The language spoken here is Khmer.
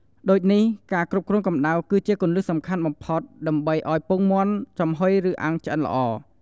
ដូចនេះ ការគ្រប់គ្រងកម្តៅគឺជាគន្លឹះសំខាន់បំផុតដើម្បីឱ្យពងមាន់ចំហុយឬអាំងឆ្អិនល្អ។